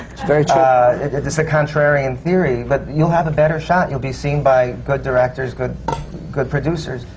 very true. it's the contrarian theory. but you'll have a better shot. you'll be seen by good directors, good good producers.